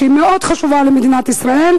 שהיא מאוד חשובה לישראל,